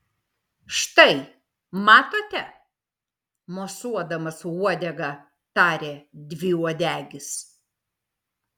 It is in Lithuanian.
štai matote mosuodamas uodega tarė dviuodegis